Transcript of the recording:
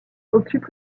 occupe